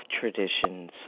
Traditions